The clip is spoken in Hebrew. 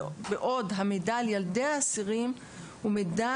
בעוד המידע על ילדי האסירים הוא מידע